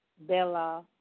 Bella